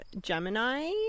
Gemini